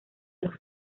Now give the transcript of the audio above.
los